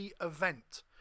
event